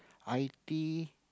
i_t